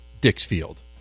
Dixfield